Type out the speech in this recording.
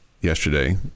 yesterday